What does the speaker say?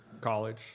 College